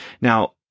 Now